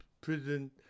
prison